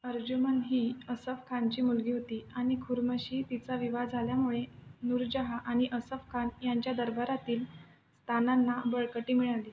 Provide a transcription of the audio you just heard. अर्जुमन ही असफ खानची मुलगी होती आणि खुर्मशी तिचा विवाह झाल्यामुळे नूरजहाँ आणि असफ खान यांच्या दरबारातील स्थानांना बळकटी मिळाली